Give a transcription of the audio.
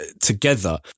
together